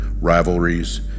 rivalries